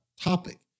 topic